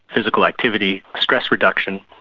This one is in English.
physical activity, stress reduction,